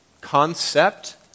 concept